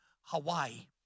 Hawaii